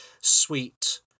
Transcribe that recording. sweet